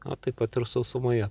o taip pat ir sausumoje